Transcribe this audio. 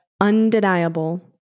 undeniable